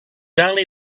only